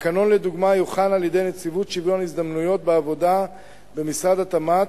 תקנון לדוגמה יוכן על-ידי נציבות שוויון הזדמנויות בעבודה במשרד התמ"ת.